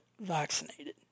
vaccinated